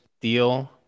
deal